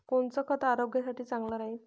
कोनचं खत आरोग्यासाठी चांगलं राहीन?